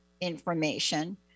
information